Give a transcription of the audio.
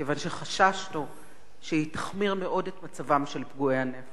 כיוון שחששנו שהיא תחמיר מאוד את מצבם של פגועי הנפש,